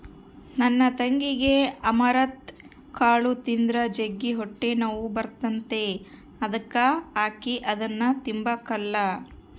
ನನ್ ತಂಗಿಗೆ ಅಮರಂತ್ ಕಾಳು ತಿಂದ್ರ ಜಗ್ಗಿ ಹೊಟ್ಟೆನೋವು ಬರ್ತತೆ ಅದುಕ ಆಕಿ ಅದುನ್ನ ತಿಂಬಕಲ್ಲ